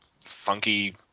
funky